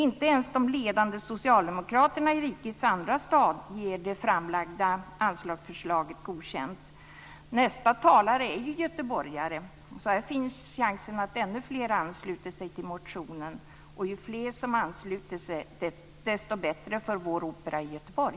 Inte ens de ledande socialdemokraterna i rikets andra stad ger det framlagda anslagsförslaget godkänt. Nästa talare är göteborgare. Här finns chansen att ännu fler ansluter sig till motionen. Ju fler som ansluter sig, desto bättre för vår opera i Göteborg.